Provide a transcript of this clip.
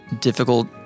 difficult